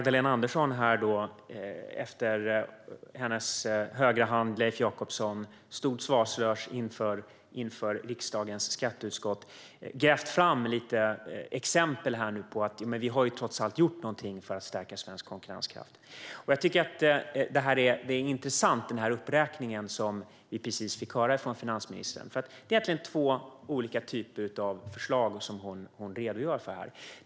Efter att Leif Jakobsson stått svarslös inför riksdagens skatteutskott har Magdalena Andersson grävt fram lite exempel på att man trots allt har gjort någonting för att stärka svensk konkurrenskraft. Jag tycker att den uppräkning vi precis fick höra från finansministern är intressant, för det är egentligen två olika typer av förslag som hon redogör för här.